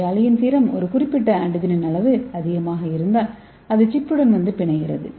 நோயாளியின் சீரம் ஒரு குறிப்பிட்ட ஆன்டிஜெனின் அளவு அதிகமாக இருந்தால் அது சிப்புடன் வந்து பிணைகிறது